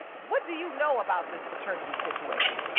what do you know about this paternity situation?